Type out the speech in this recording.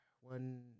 one